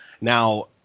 Now